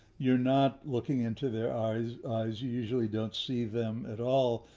you're not looking into their eyes eyes usually don't see them at all,